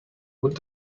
would